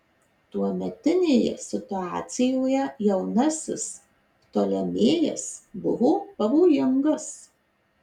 tuometinėje situacijoje jaunasis ptolemėjas buvo pavojingas